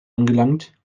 angelangt